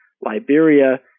Liberia